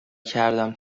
کردم